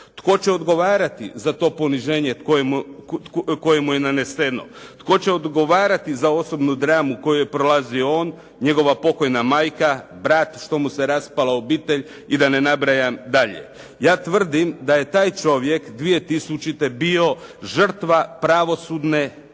Tko će odgovarati za to poniženje koje mu je naneseno? Tko će odgovarati za osobnu dramu koju prolazi on, njegova pokojna majka, brat, što mu se raspala obitelj i da ne nabrajam dalje. Ja tvrdim da je taj čovjek 2000. bio žrtva pravosudne urote.